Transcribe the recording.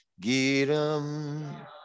Giram